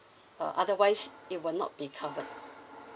uh otherwise it will not be covered